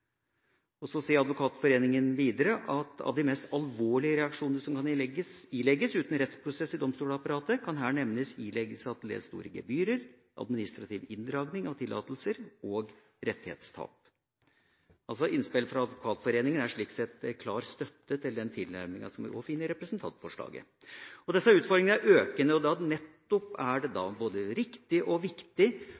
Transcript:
sier Advokatforeningen: «Av de mest alvorlige reaksjonene som kan ilegges uten rettsprosess i domstolsapparatet kan her nevnes ileggelse av til dels store gebyrer, administrativ inndragning av tillatelser og rettighetstap.» Innspillet fra Advokatforeningen er slik sett en klar støtte til den tilnærminga vi også finner i representantforslaget. Disse utfordringene er økende, og nettopp da er det